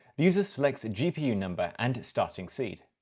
the user selects a gpu number and starting seed.